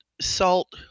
salt